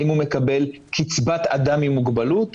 האם הוא מקבל קצבת אדם עם מוגבלות?